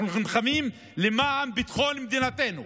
אנחנו נלחמים למען ביטחון מדינתנו.